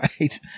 Right